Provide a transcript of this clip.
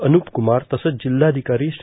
अनूप कुमार तसंच जिल्हाधिकारी श्री